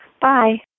Bye